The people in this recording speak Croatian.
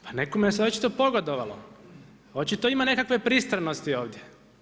Pa nekome se očito pogodovalo, očito ima nekakve pristranosti ovdje.